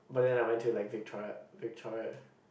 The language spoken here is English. but then when I went to like Victoria Victoria